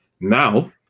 now